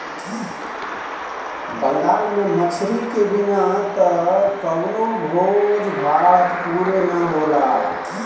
बंगाल में मछरी के बिना त कवनो भोज भात पुरे ना होला